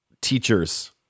teachers